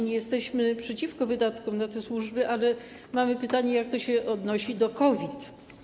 Nie jesteśmy przeciwko wydatkom na te służby, ale mamy pytanie, jak to się odnosi do COVID.